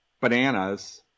bananas